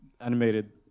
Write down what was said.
animated